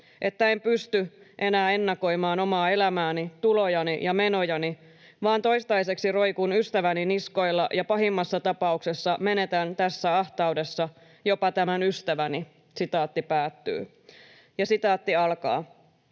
että en pysty enää ennakoimaan omaa elämääni, tulojani ja menojani, vaan toistaiseksi roikun ystäväni niskoilla ja pahimmassa tapauksessa menetän tässä ahtaudessa jopa tämän ystäväni.” ”Olen yksinhuoltajaäiti, käyn